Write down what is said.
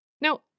Now